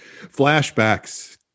Flashbacks